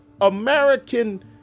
American